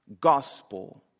gospel